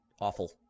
awful